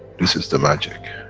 this is the magic.